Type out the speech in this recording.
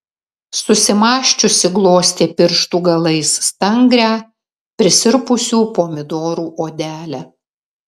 susimąsčiusi glostė pirštų galais stangrią prisirpusių pomidorų odelę